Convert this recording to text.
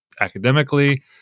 academically